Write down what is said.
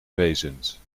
wezens